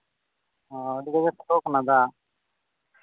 ᱦᱮᱸ ᱟᱹᱰᱤ ᱠᱟᱡᱟᱠ ᱥᱚ ᱠᱟᱱᱟ ᱫᱟᱜ